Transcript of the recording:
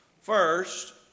First